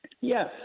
Yes